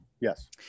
Yes